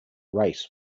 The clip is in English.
race